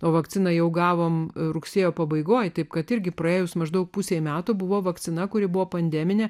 o vakciną jau gavome rugsėjo pabaigoje taip kad irgi praėjus maždaug pusei metų buvo vakcina kuri buvo pandeminė